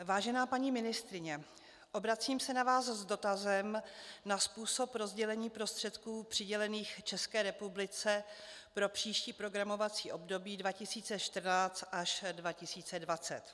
Vážená paní ministryně, obracím se na vás s dotazem na způsob rozdělení prostředků přidělených České republice pro příští programovací období 2014 až 2020.